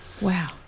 Wow